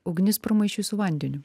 ugnis pramaišiui su vandeniu